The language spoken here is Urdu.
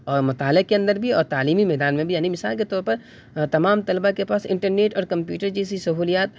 اور مطالعے کے اندر بھی اور تعلیمی میدان میں بھی یعنی مثال کے طور پر تمام طلبہ کے پاس انٹرنیٹ اور کمپیوٹر جیسی سہولیات